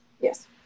Yes